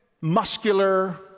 muscular